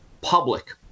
public